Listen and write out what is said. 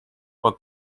but